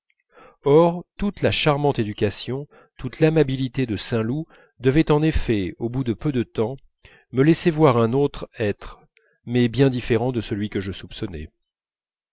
or toute la charmante éducation toute l'amabilité de saint loup devait en effet au bout de peu de temps me laisser voir un autre être mais bien différent de celui que je soupçonnais